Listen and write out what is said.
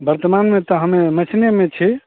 बर्तमानमे तऽ हमे मेहसिनेमे छी